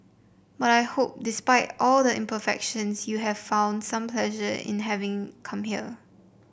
but I hope despite all the imperfections you have found some pleasure in having come here